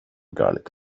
garlic